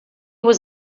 was